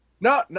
no